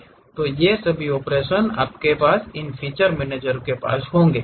तो ये सभी ऑपरेशन आपके पास इन फीचर मैनेजरों के पास होंगे